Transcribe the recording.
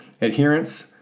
adherence